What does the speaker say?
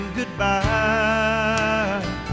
goodbye